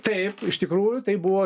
taip iš tikrųjų tai buvo